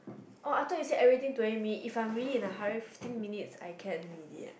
oh I thought you say everything twenty minutes if I am very hurry in fifteen minutes I can already leh